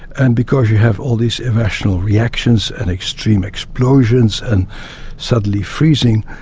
and because you have all these irrational reactions and extreme explosions and suddenly freezing,